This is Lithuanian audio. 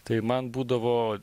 tai man būdavo